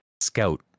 Scout